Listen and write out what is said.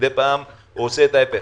אחר כך הוא עושה הפוך.